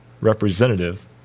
representative